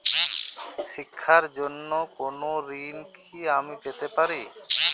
শিক্ষার জন্য কোনো ঋণ কি আমি পেতে পারি?